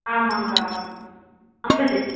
ஆமாம்க்கா ஐம்பது